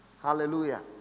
Hallelujah